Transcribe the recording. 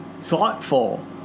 thoughtful